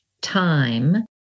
time